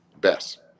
best